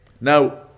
Now